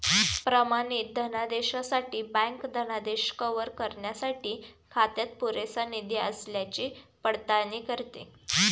प्रमाणित धनादेशासाठी बँक धनादेश कव्हर करण्यासाठी खात्यात पुरेसा निधी असल्याची पडताळणी करते